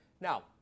Now